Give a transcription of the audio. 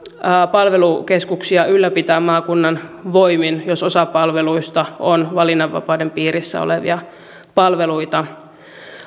palvelukeskuksia ylläpitää maakunnan voimin jos osa palveluista on valinnanvapauden piirissä olevia palveluita